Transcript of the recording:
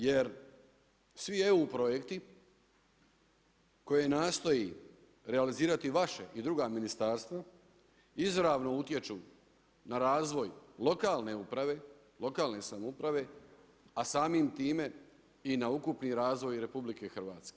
Jer svi EU projekti koje nastoji realizirati vaše i druga ministarstva izravno utječu na razvoj lokalne uprave, lokalne samouprave a samim time i na ukupni razvoj RH?